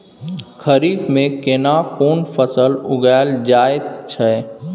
खरीफ में केना कोन फसल उगायल जायत छै?